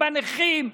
בנכים,